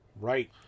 Right